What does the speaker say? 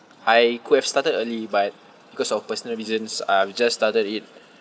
I could have started early but because of personal reasons I've just started it